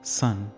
sun